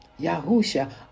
Yahusha